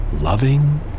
loving